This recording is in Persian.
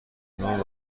زدن